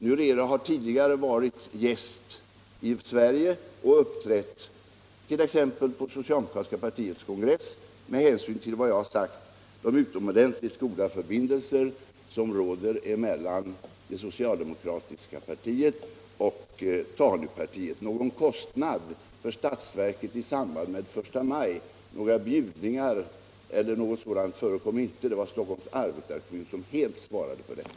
Nyerere har tidigare varit gäst i Sverige och uppträtt t.ex. på socialdemokratiska partiets kongress — jag har sagt att det råder utomordenligt goda förbindelser mellan det socialdemokratiska partiet och TANU-partiet. Någon kostnad för statsverket i samband med första maj, några bjudningar eller sådant förekom inte. Det var Stockholms arbetarekommun som helt svarade för detta.